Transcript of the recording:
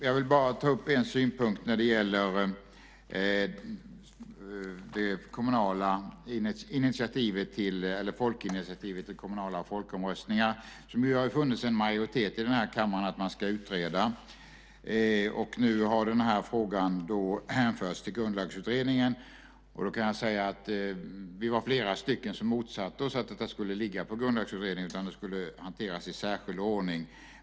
Jag vill bara ta upp en synpunkt när det gäller folkinitiativet till kommunala folkomröstningar. Det har det funnits en majoritet i den här kammaren för att man ska utreda. Nu har den här frågan hänförts till Grundlagsutredningen. Då kan jag säga att vi var flera stycken som motsatte oss att detta skulle ligga på Grundlagsutredningen, utan det skulle hanteras i särskild ordning.